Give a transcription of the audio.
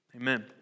Amen